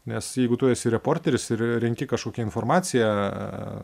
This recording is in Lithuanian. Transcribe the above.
nes jeigu tu esi reporteris ir renki kažkokią informaciją